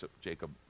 Jacob